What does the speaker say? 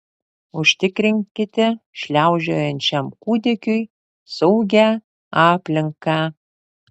užtikrinkite šliaužiojančiam kūdikiui saugią aplinką